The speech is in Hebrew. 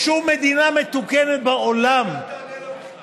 בשום מדינה מתוקנת בעולם, צודק, אל תענה לה בכלל.